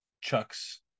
Chuck's